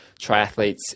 triathletes